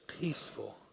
peaceful